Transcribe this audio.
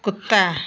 कुत्ता